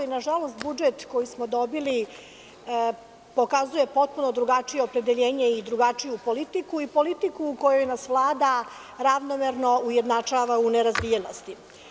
Nažalost, budžet koji smo dobili pokazuje potpuno drugačije opredeljenje i drugačiju politiku i politiku u koju nas Vlada ravnomerno ujednačavau nerazvijenosti.